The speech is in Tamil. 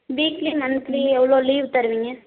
வீக்லி மந்லி எவ்வளோ லீவ் தருவீங்க